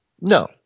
no